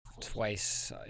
twice